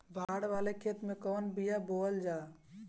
बाड़ वाले खेते मे कवन बिया बोआल जा?